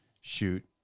shoot